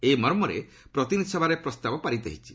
ଏହି ମର୍ମରେ ପ୍ରତିନିଧି ସଭାରେ ପ୍ରସ୍ତାବ ପାରିତ ହୋଇଛି